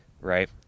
Right